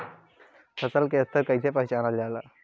फसल के स्तर के कइसी पहचानल जाला